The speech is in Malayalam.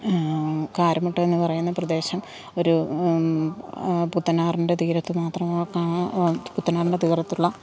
കാരമൊട്ട എന്നു പറയുന്ന പ്രദേശം ഒരു പുത്തനാറിൻ്റെ തീരത്ത് മാത്രമാ കാ പുത്തനാറിൻ്റെ തീരത്തുള്ള